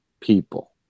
people